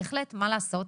בהחלט, מה לעשות?